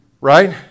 Right